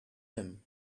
him